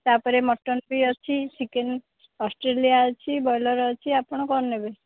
ତାପରେ ମଟନ୍ ବି ଅଛି ଚିକେନ୍ ଅଷ୍ଟ୍ରେଲିଆ ଅଛି ବ୍ରଏଲର୍ ଅଛି ଆପଣ କ'ଣ ନେବେ